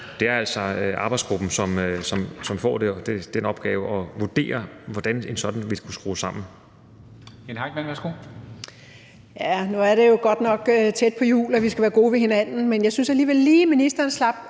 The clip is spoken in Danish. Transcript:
det er altså arbejdsgruppen, som får den opgave at vurdere, hvordan en sådan vil skulles